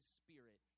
spirit